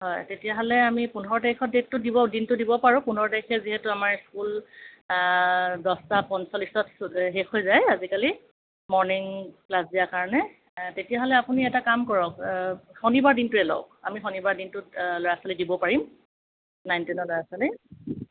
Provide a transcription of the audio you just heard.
হয় তেতিয়াহ'লে আমি পোন্ধৰ তাৰিখত ডেটটো দিব দিনটো দিব পাৰোঁ পোন্ধৰ তাৰিখে যিহেতু আমাৰ স্কুল দহটা পঞ্চলিছত শেষ হৈ যায় আজিকালি মৰ্ণিং ক্লাছ দিয়াৰ কাৰণে তেতিয়াহ'লে আপুনি এটা কাম কৰক শনিবাৰ দিনটোৱে লওক আমি শনিবাৰ দিনটোত ল'ৰা ছোৱালী দিব পাৰিম নাইন টেনৰ ল'ৰা ছোৱালী